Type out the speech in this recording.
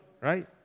right